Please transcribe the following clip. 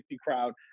crowd